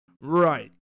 Right